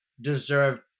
deserve